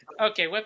Okay